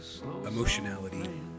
emotionality